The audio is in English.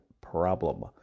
problem